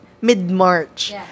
mid-March